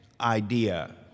idea